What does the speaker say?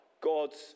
God's